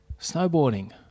Snowboarding